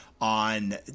on